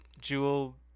jewel